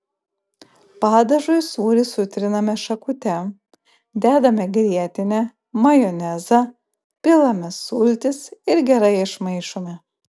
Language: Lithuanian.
padažui sūrį sutriname šakute dedame grietinę majonezą pilame sultis ir gerai išmaišome